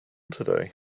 today